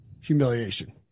humiliation